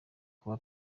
kuba